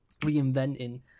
reinventing